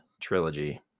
trilogy